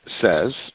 says